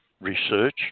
research